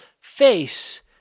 face